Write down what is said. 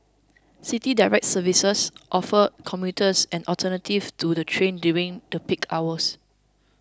City Direct services offer commuters an alternative to the train during the peak hours